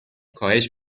کاهش